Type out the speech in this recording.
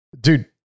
Dude